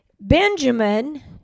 Benjamin